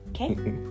okay